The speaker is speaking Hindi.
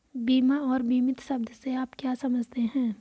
बीमा और बीमित शब्द से आप क्या समझते हैं?